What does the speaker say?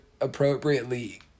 appropriately